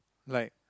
like